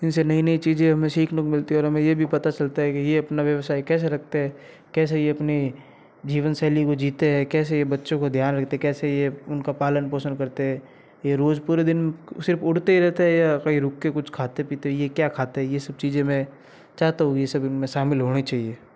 इनसे नई नई चीज़ें हमें सीखने को मिलती हैं और हमें ये भी पता चलता है कि ये अपना व्यवसाय कैसे रखते हैं कैसे ये अपनी जीवनशैली को जीते हैं कैसे ये बच्चों का ध्यान रखते कैसे ये उनका पालन पोषण करते हैं ये रोज़ पूरे दिन सिर्फ उड़ते ही रहते है या कहीं रुक के कुछ खाते पीते ये क्या खाते हैं ये सब चीज़ें मैं चाहता हूँ ये सभी इनमें शामिल होने चाहिए